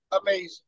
Amazing